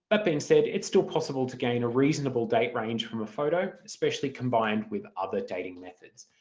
but being said it's still possible to gain a reasonable date range from a photo, especially combined with other dating methods.